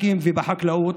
העסקים והחקלאות,